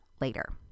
later